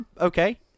okay